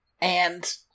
And-